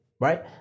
right